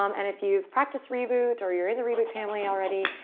um and if you've practiced reboot or you're in the reboot family already,